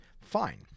Fine